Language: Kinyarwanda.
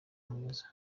mwiza